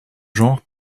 genre